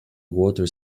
water